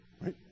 Right